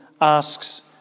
asks